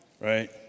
right